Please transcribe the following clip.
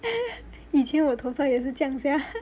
以前我头发也是这样 sia